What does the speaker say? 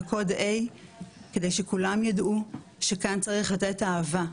וקודA כדי שכולם ידעו שכאן צריך לתת אהבה,